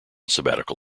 sabbatical